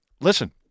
Listen